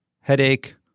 headache